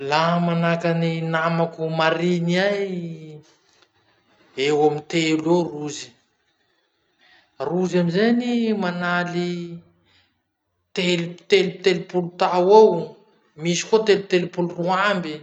Laha manahaky any namako mariny ahy: eo amy telo eo rozy. Rozy amizay any manaly telo- telo- telopolo tao eo, misy koa telo- telopolo roa amby.